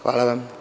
Hvala.